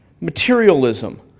materialism